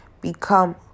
become